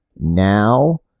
now